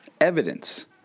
evidence